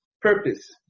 purpose